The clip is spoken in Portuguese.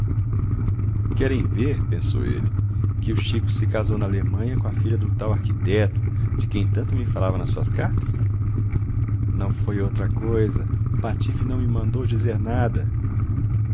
querem ver pensou ele que o chico se casou na alemanha com a filha do tal arquiteto de quem tanto me falava nas suas cartas não foi outra coisa o patife não me mandou dizer nada